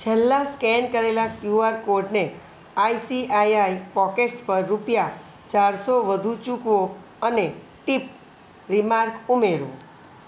છેલ્લા સ્કેન કરેલા કયુઆર કોડને આઈસીઆઈઆઈ પોકેટ્સ પર રૂપિયા ચારસો વધુ ચૂકવો અને ટીપ રીમાર્ક ઉમેરો